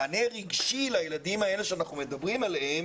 מענה רגשי לילדים האלה שאנחנו מדברים עליהם